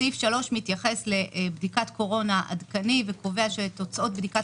סעיף 3 מתייחס לבדיקת קורונה עדכני וקובע שתוצאות בדיקת